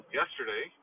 yesterday